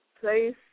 place